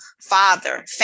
father